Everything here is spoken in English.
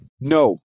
No